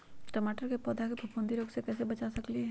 टमाटर के पौधा के फफूंदी रोग से कैसे बचा सकलियै ह?